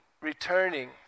returning